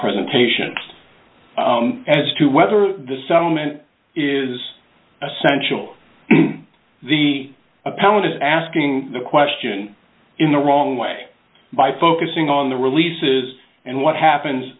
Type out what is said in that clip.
presentation as to whether the settlement is essential the appellant is asking the question in the wrong way by focusing on the releases and what happens